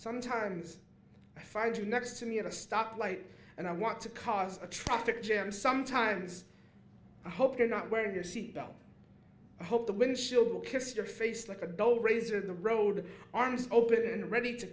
sometimes i find you next to me at a stoplight and i want to cause a traffic jam sometimes i hope you're not wearing your seatbelt hope the windshield will kiss your face like a dove razor the road arms open and ready to